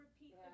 repeat